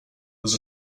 was